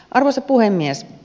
arvoisa puhemies